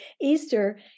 Easter